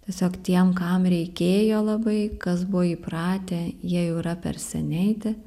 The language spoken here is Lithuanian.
tiesiog tiem kam reikėjo labai kas buvo įpratę jie jau yra per seni eiti